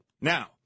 Now